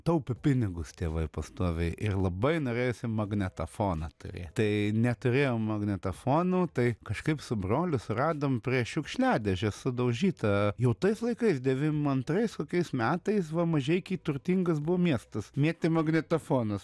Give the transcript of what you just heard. taupė pinigus tėvai pastoviai ir labai norėjosi magnetafoną turėt tai neturėjom magnetafonų tai kažkaip su broliu suradom prie šiukšliadėžės sudaužytą jau tais laikais devim antrais kokiais metais va mažeikiai turtingas buvo miestas mėtė magnetafonas